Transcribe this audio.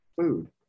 food